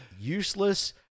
useless